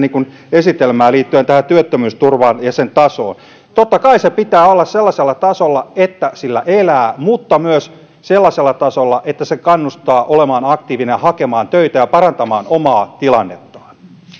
esitelmää liittyen tähän työttömyysturvaan ja sen tasoon totta kai se pitää olla sellaisella tasolla että sillä elää mutta myös sellaisella tasolla että se kannustaa olemaan aktiivinen ja hakemaan töitä ja parantamaan omaa tilannettaan